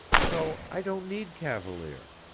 so i don't need cavalier.